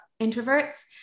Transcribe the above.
introverts